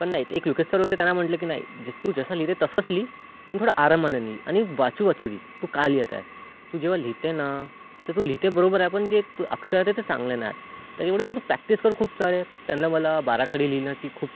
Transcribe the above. पण नाही एक लुकेत सर होते त्यांना म्हटलं की नाही जे तू जसं लिहिते तसंस लिही पण थोडं आरामानं लिही आणि वाचू वाचू लिही तू काय लिहीत आहे तू जेव्हा लिहिते ना तर तू लिहिते बरोबर आहे पण जे तू अक्षर आहे तर ते सांगलं नाही त्याच्यामुळे तू तू प्रॅक्टिस कर खूप चाए त्यानलं मला बाराखडी लिहिण्याची खूप